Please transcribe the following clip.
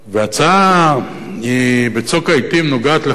ההצעה בצוק העתים נוגעת לכך